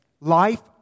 life